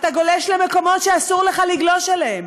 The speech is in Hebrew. אתה גולש למקומות שאסור לך לגלוש אליהם.